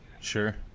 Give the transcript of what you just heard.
sure